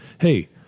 hey